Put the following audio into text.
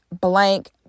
blank